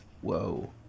Whoa